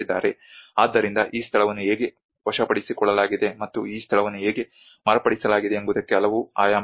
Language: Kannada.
ಆದ್ದರಿಂದ ಈ ಸ್ಥಳವನ್ನು ಹೇಗೆ ವಶಪಡಿಸಿಕೊಳ್ಳಲಾಗಿದೆ ಮತ್ತು ಈ ಸ್ಥಳವನ್ನು ಹೇಗೆ ಮಾರ್ಪಡಿಸಲಾಗಿದೆ ಎಂಬುದಕ್ಕೆ ಹಲವು ಆಯಾಮಗಳಿವೆ